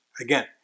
Again